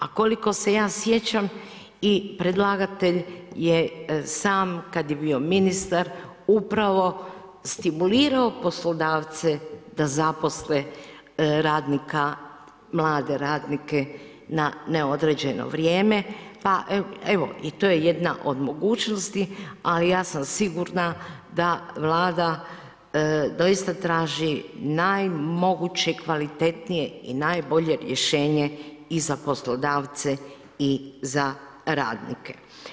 A koliko se ja sjećam i predlagatelj je sam, kad je bio ministar, upravo stimulirao poslodavce da zaposle radnika, mlade radnike na neodređeno vrijeme pa evo i to je jedna od mogućnosti, ali ja sam sigurna da Vlada doista traži najmoguće kvalitetnije i najbolje rješenje i za poslodavce i za radnike.